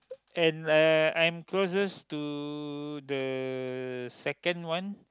and uh I am closest to the second one